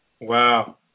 Wow